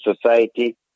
society